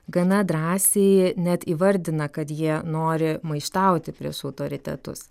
gana drąsiai net įvardina kad jie nori maištauti prieš autoritetus